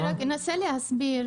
אני אנסה להסביר.